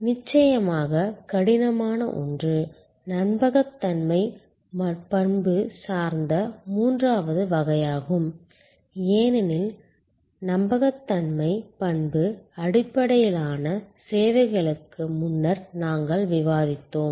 நிச்சயமாக கடினமான ஒன்று நம்பகத்தன்மை பண்பு சார்ந்த மூன்றாவது வகையாகும் ஏனெனில் நம்பகத்தன்மை பண்பு அடிப்படையிலான சேவைகளுக்கு முன்னர் நாங்கள் விவாதித்தோம்